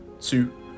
two